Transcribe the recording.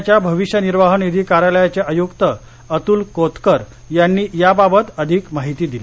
पुण्याच्या भविष्य निर्वाह निधि कार्यालयाचे आयुक्त अतुल कोतकर यांनी याबाबत अधिक माहिती दिली